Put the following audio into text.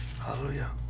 Hallelujah